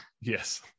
Yes